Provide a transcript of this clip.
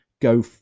go